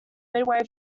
midway